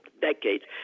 decades